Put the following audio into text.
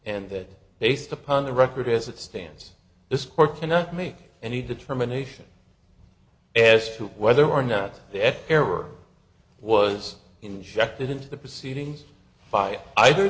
and that based upon the record as it stands this court cannot make any determination as to whether or not the error was injected into the proceedings by either